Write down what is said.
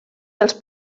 dels